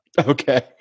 okay